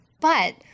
but-